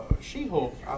She-Hulk